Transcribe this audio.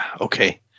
Okay